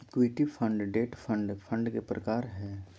equity fund, debt fund fund के प्रकार हय